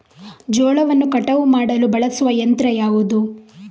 ಜೋಳವನ್ನು ಕಟಾವು ಮಾಡಲು ಬಳಸುವ ಯಂತ್ರ ಯಾವುದು?